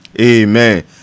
Amen